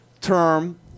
term